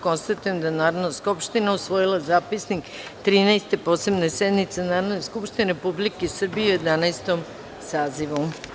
Konstatujem da je Narodna skupština usvojila zapisnik Trinaeste posebne sednice Narodne skupštine Republike Srbije u Jedanaestom sazivu.